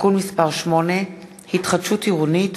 (תיקון מס' 8) (התחדשות עירונית),